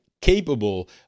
capable